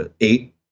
eight